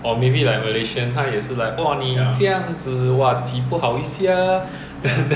but if we going to sit close and we going to speak ah it's very easy to burst the